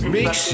Mix